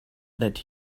that